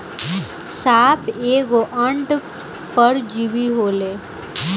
साप एगो अंड परजीवी होले